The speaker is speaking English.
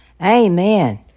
Amen